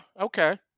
okay